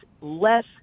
less